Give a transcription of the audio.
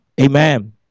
amen